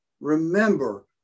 Remember